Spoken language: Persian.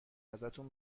ازتون